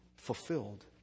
Fulfilled